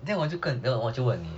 then 我就问